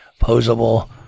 posable